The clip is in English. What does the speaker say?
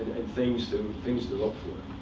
things to things to look for.